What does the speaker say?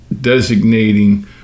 designating